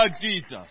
Jesus